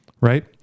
Right